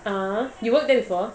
(uh huh) you worked there before